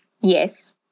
Yes